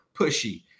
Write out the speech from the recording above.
pushy